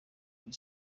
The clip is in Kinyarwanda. kuri